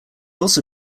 also